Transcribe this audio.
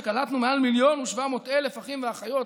שקלטנו מעל 1.7 מיליון אחים ואחיות,